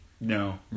No